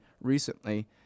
recently